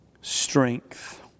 strength